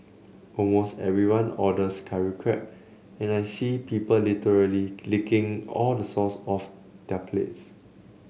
almost everyone orders curry crab and I see people literally licking all the sauce off their plates